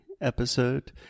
episode